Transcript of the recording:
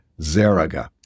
Zaraga